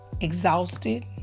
exhausted